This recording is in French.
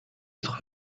être